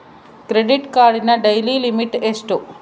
Credit ಕಾರ್ಡಿನ daily limit ಎಷ್ಟು?